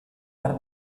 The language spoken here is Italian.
per